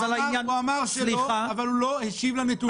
הוא אמר שלא, אבל הוא לא השיב לנתונים.